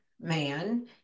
man